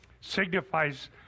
signifies